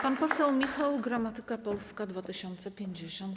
Pan poseł Michał Gramatyka, Polska 2050.